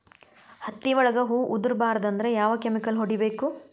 ಹತ್ತಿ ಒಳಗ ಹೂವು ಉದುರ್ ಬಾರದು ಅಂದ್ರ ಯಾವ ಕೆಮಿಕಲ್ ಹೊಡಿಬೇಕು?